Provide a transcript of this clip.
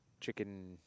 chicken